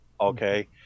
okay